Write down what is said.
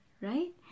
right